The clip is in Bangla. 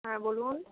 হ্যাঁ বলুন